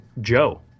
Joe